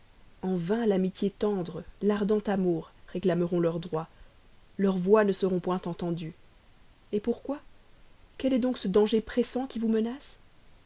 en vain l'amitié tendre l'ardent amour réclameront leurs droits leurs voix ne seront point entendues pourquoi quel est donc ce pressant danger qui vous menace